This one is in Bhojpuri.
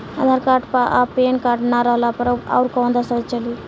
आधार कार्ड आ पेन कार्ड ना रहला पर अउरकवन दस्तावेज चली?